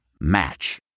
Match